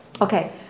Okay